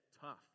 tough